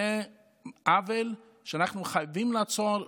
זה עוול שאנחנו חייבים לעצור,